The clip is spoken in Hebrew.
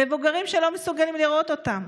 מבוגרים שלא מסוגלים לראות אותם,